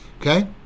okay